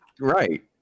Right